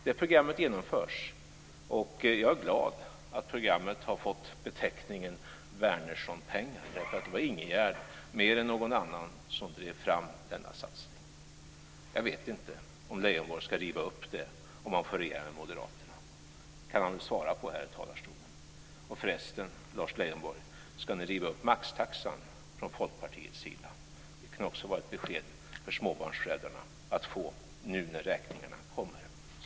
Det programmet genomförs, och jag är glad åt att programmet har fått beteckningen Wärnerssonpengar därför att det var Ingegerd mer än någon annan som drev fram denna satsning. Jag vet inte om Leijonborg ska riva upp den om han får regera med moderaterna. Det kan han väl svara på här i talarstolen. Förresten undrar jag, Lars Leijonborg, om ni från Folkpartiets sida ska riva upp maxtaxan. Det kan också vara ett besked att ge till småbarnsföräldrarna nu när räkningarna kommer.